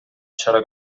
чара